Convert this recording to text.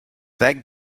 that